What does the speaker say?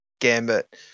Gambit